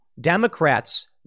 Democrats